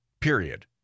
period